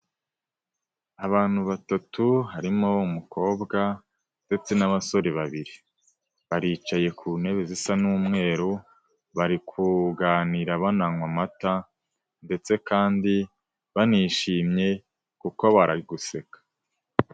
Abantu batatu harimo umukobwa ndetse n'abasore babiri, baricaye ku ntebe zisa n'umweru bari kuganira bananywa amata ndetse kandi banishimye kuko bari guseka.